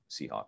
Seahawk